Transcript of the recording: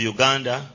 Uganda